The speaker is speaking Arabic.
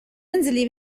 منزلي